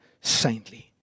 saintly